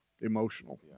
emotional